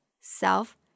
self